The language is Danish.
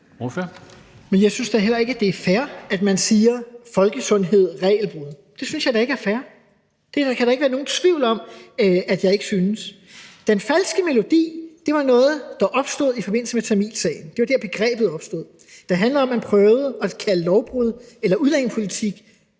Men jeg synes da heller ikke, det er fair, at man siger: Folkesundhed, regelbrud. Det synes jeg da ikke er fair. Det kan der ikke være nogen tvivl om at jeg ikke synes. Den falske melodi var noget, der opstod i forbindelse med tamilsagen – det var der, begrebet opstod. Det handler om, at man prøvede at kalde lovbrud for udlændingepolitik